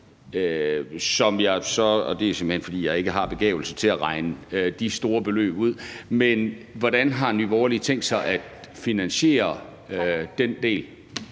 som jeg simpelt hen ikke har begavelse til at regne ud. Hvordan har Nye Borgerlige tænkt sig at finansiere den del?